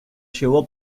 llevó